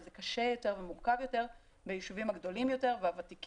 אבל זה קשה יותר ומורכב יותר ביישובים הגדולים יותר והוותיקים